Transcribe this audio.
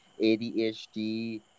ADHD